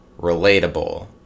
relatable